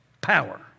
power